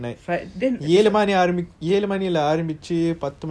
friday then